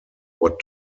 what